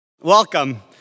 Welcome